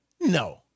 No